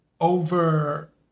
over